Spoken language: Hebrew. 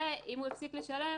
ואם הוא הפסיק לשלם,